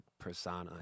persona